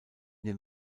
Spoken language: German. den